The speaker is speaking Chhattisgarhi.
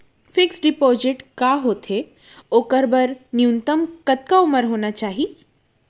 फिक्स डिपोजिट का होथे ओखर बर न्यूनतम कतका उमर होना चाहि?